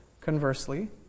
Conversely